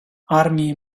армії